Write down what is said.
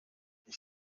ich